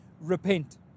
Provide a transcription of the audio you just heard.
repent